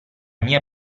mia